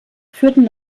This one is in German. führten